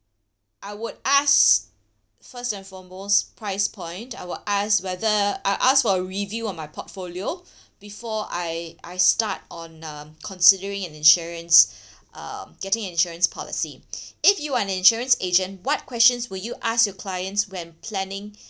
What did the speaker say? I would ask first and foremost price point I would ask whether I'll ask for a review on my portfolio before I I start on uh considering an insurance uh getting an insurance policy if you are an insurance agent what questions would you ask your clients when planning